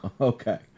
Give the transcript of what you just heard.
Okay